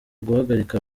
guhagarika